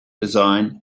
design